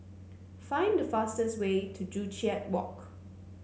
find the fastest way to Joo Chiat Walk